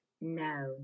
No